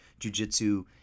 jujitsu